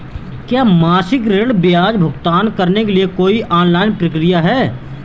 क्या मासिक ऋण ब्याज का भुगतान करने के लिए कोई ऑनलाइन प्रक्रिया है?